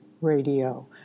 radio